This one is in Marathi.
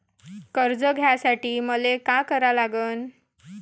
कर्ज घ्यासाठी मले का करा लागन?